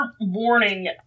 warning